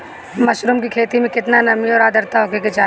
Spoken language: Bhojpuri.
मशरूम की खेती में केतना नमी और आद्रता होखे के चाही?